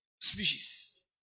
species